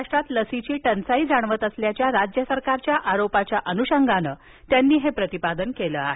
महाराष्ट्रात लसीची टंचाई जाणवत असल्याच्या राज्य सरकारच्या आरोपाच्या अनुषंगानं त्यांनी हे प्रतिपादन केलं आहे